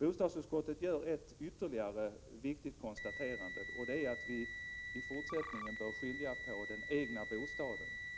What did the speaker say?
Bostadsutskottet gör ytterligare ett viktigt konstaterande, nämligen att vi i fortsättningen bör skilja på